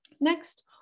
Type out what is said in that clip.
Next